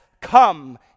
come